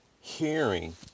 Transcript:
hearing